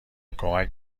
کمک